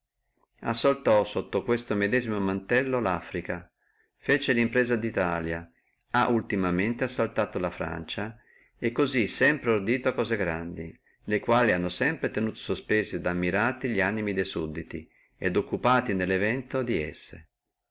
assaltò sotto questo medesimo mantello laffrica fece limpresa di italia ha ultimamente assaltato la francia e cosí sempre ha fatte et ordite cose grandi le quali sempre hanno tenuto sospesi et ammirati li animi de sudditi e occupati nello evento di esse